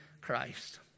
Christ